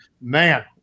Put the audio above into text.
Man